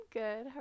good